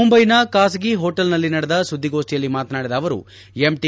ಮುಂಬೈನ ಖಾಸಗಿ ಹೋಟಲ್ನಲ್ಲಿ ನಡೆದ ಸುದ್ಗಿಗೋಷ್ಠಿಯಲ್ಲಿ ಮಾತನಾಡಿದ ಅವರು ಎಂಟಿ